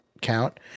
count